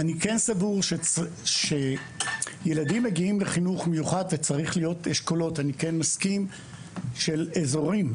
אני כן סבור שילדים מגיעים לחינוך מיוחד אתה צריך אשכולות של אזורים,